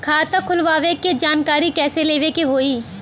खाता खोलवावे के जानकारी कैसे लेवे के होई?